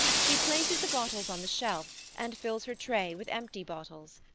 she places the bottles on the shelf and fills her tray with empty bottles.